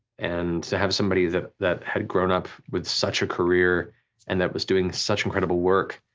and to have somebody that that had grown up with such a career and that was doing such incredible work,